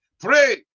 Pray